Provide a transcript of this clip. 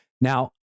Now